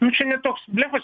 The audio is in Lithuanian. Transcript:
nu čia ne toks blefas